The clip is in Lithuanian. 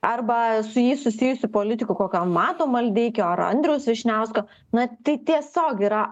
arba su jais susijusių politikų kokio mato maldeikio ar andriaus vyšniausko na tai tiesiog yra